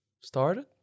started